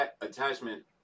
attachment